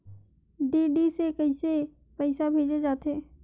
DD से कइसे पईसा भेजे जाथे?